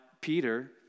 Peter